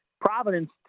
Providence